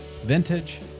vintage